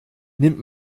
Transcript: nimmt